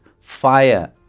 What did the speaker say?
Fire